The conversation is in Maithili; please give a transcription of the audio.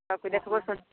सब कोइ देखबो सुनबो